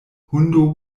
hundo